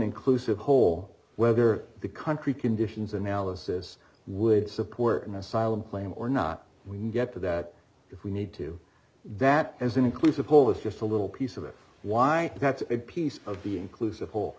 inclusive whole whether the country conditions analysis would support an asylum claim or not we get to that if we need to that as an inclusive whole is just a little piece of it why that's a piece of the inclusive whole